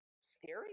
scary